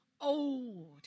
old